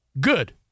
good